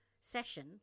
session